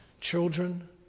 children